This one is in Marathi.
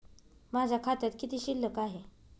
माझ्या खात्यात किती शिल्लक आहे?